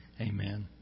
Amen